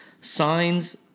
signs